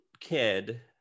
kid